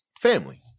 family